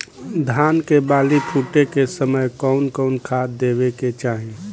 धान के बाली फुटे के समय कउन कउन खाद देवे के चाही?